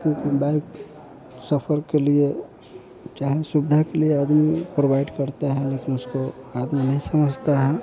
क्योंकि बाइक सफर के लिए चाहे सुविधा के लिए आदमी प्रोवाइड करता है लेकिन उसको आदमी नहीं समझता है